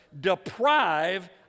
deprive